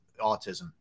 autism